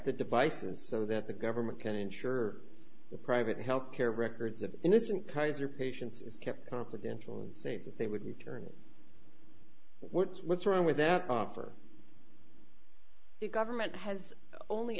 the devices so that the government can ensure the private health care records of innocent kaiser patients is kept confidential and safe they would return what's what's wrong with that offer the government has only